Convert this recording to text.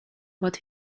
but